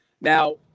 Now